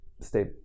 stay